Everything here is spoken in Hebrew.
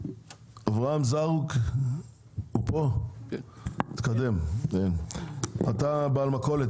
אברהם זרוק, אתה בעל מכולת.